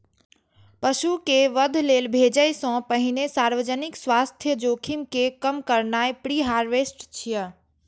पशु कें वध लेल भेजै सं पहिने सार्वजनिक स्वास्थ्य जोखिम कें कम करनाय प्रीहार्वेस्ट छियै